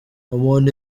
umuntu